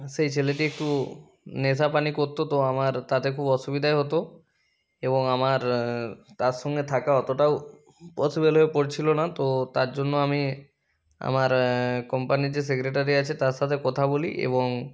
সেই ছেলেটি একটু নেশা পানি করত তো আমার তাতে খুব অসুবিধাই হতো এবং আমার তার সঙ্গে থাকা অতটাও পসিবল হয়ে পড়ছিল না তো তার জন্য আমি আমার কোম্পানির যে সেক্রেটারি আছে তার সাথে কথা বলি এবং